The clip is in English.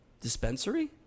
dispensary